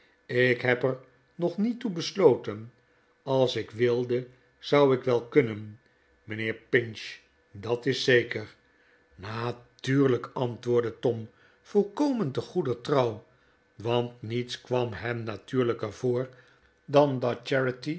ik heb er nog niet toe besloten als ik wilde zou ik wel kunnen mijnheer pinch dat is zeker f natuurlijk antwoordde tom volkomen te goeder trouw want niets kwam hem natuurlijker voor dan dat